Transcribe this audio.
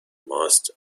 ماست